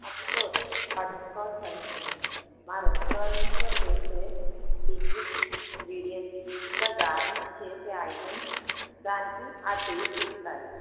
of course butterscotch ice cream మా రెస్టారెంట్లో వేసే సీక్రెట్ ఇంగ్రీడియంట్స్ ఇంకా గార్నిష్ చేసే ఐటమ్స్ దానికి ఆ టేస్ట్ ఇస్తాయి